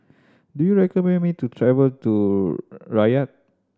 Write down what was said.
do you recommend me to travel to Riyadh